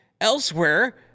Elsewhere